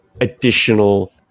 additional